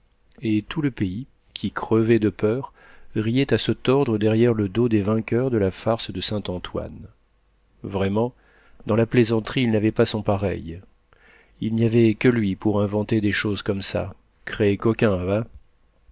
et tout le pays qui crevait de peur riait à se tordre derrière le dos des vainqueurs de la farce de saint-antoine vraiment dans la plaisanterie il n'avait pas son pareil il n'y avait que lui pour inventer des choses comme ça cré